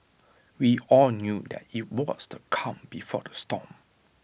we all knew that IT was the calm before the storm